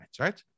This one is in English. right